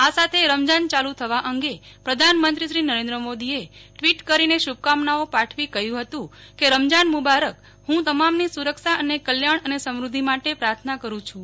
આ સાથે રમઝાન ચાલુ થવા અંગે પ્રધાનમંત્રી શ્રી નરેન્દ્ર મોદીએ ટીવીટ કરીને શુભકામનાઓ પાઠવતા કહ્યુ હતું કે રમઝાન મુબારક હું તમામની સુરક્ષા અને કલ્યાણ અને સમૃધ્ધી માટે પ્રાર્થના કરું છૂં